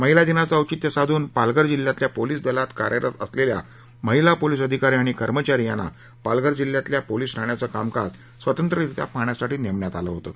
महिला दिनाचं औचित्य साधून पालघर जिल्ह्यातल्या पोलीस दलात कार्यरत असलेल्या महिला पोलीस अधिकारी आणि कर्मचारी यांना पालघर जिल्ह्यातल्या पोलीस ठाण्याचं कामकाज स्वतंत्ररित्या पाहण्यासाठी नेमण्यात आलं होतं